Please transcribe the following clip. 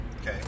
Okay